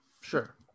Sure